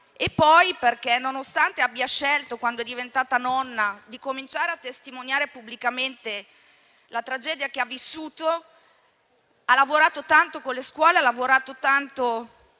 e poi perché, nonostante abbia scelto, quando è diventata nonna, di cominciare a testimoniare pubblicamente la tragedia che ha vissuto, ha lavorato tanto con le scuole e ha lavorato tanto